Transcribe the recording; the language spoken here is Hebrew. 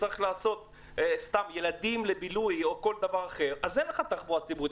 כשצריך לאסוף ילדים לבילוי או כל דבר אחר אז אין לך תחבורה ציבורית.